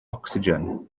ocsigen